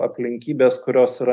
aplinkybės kurios yra